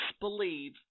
believe